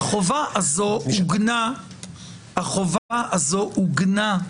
החובה הזו עוגנה בדין הישראלי.